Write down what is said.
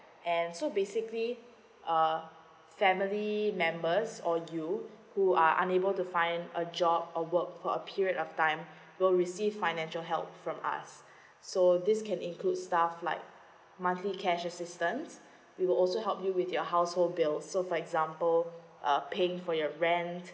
and so basically uh family members or do you who are unable to find a job or work for a period of time will receive financial help from us so this can include stuff like monthly cashiers systems we will also help you with your household bill so for example uh paying for your rent